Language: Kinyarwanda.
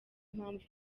impamvu